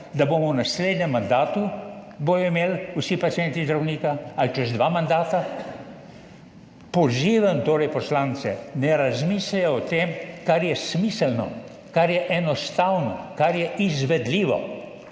da bodo v naslednjem mandatu imeli vsi pacienti zdravnika ali čez dva mandata? Pozivam torej poslance, naj razmislijo o tem, kar je smiselno, kar je enostavno, kar je izvedljivo,